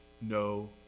no